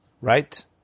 Right